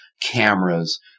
cameras